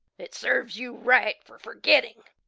it serves you right for forgetting!